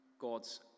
God's